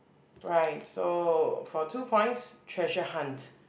right so for two points treasure hunt